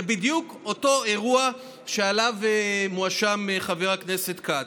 זה בדיוק אותו אירוע שבו מואשם חבר הכנסת כץ.